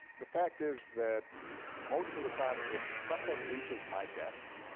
the fact is that most of the time if something reaches my desk,